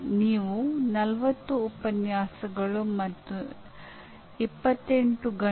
ನೀವು ಪ್ರತಿಯೊಬ್ಬರಿಗೂ ಪ್ರತ್ಯೇಕವಾಗಿ ಪ್ರತಿಕ್ರಿಯೆಯನ್ನು ನೀಡಲು ಸಾಧ್ಯವಿಲ್ಲ